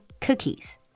cookies